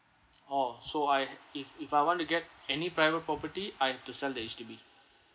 oh so I if if I want to get any private property I've to sell the H_D_B